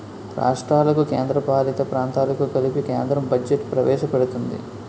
రాష్ట్రాలకు కేంద్రపాలిత ప్రాంతాలకు కలిపి కేంద్రం బడ్జెట్ ప్రవేశపెడుతుంది